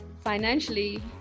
financially